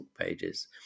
pages